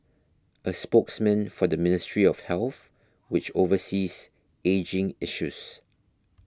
a spokesman for the Ministry of Health which oversees ageing issues